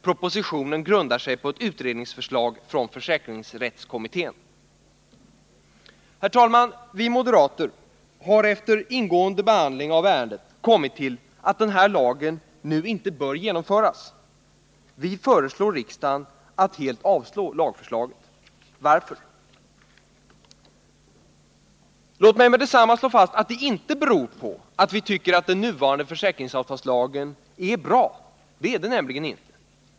Propositionen grundar sig på ett utredningsförslag från försäkringsrättskommittén. Herr talman! Vi moderater har efter ingående behandling av ärendet 23 kommit till att denna lag inte nu bör genomföras. Vi föreslår riksdagen att Nr 56 helt avslå lagförslaget. Varför? Tisdagen den Låt mig med detsamma slå fast att det inte beror på att vi tycker att den — 18 december 1979 nuvarande försäkringsavtalslagen är bra. Det är den nämligen inte.